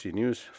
News